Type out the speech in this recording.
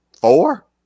Four